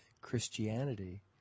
Christianity